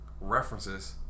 references